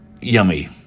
Yummy